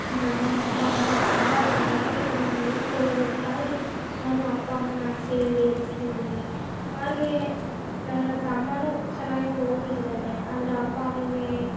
ನಮ್ಮ ಅಪ್ಪ ಅಮ್ಮ ತುಂಬ ಚೆನ್ನಾಗಿ ನನ್ನನ್ನು ನೋಡ್ಕೊಳ್ಳೋದಕ್ಕಾಗಿ ನಾನು ಅಪ್ಪ ಅಮ್ಮನ ಆಸೆ ಈಡೇರಿಸ್ತಿದ್ದೀನಿ ಹಾಗೆ ನನ್ನ ತಮ್ಮನೂ ಚೆನ್ನಾಗಿ ಓದುತ್ತಿದ್ದಾನೆ ಆದರೆ ಅಪ್ಪ ಅಮ್ಮಂಗೆ